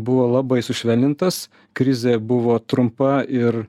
buvo labai sušvelnintas krizė buvo trumpa ir